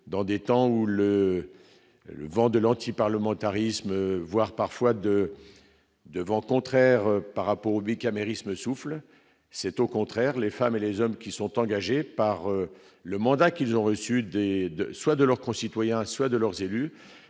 dans des temps où le le vent de l'anti-parlementarisme, voire parfois de de vents contraires par rapport au bicamérisme souffle, c'est au contraire, les femmes et les hommes qui sont engagés par le mandat qu'ils ont reçu des aides, soit de leurs concitoyens soient de leurs élus,